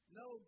no